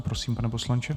Prosím, pane poslanče.